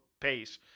pace